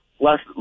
Last